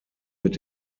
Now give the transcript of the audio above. mit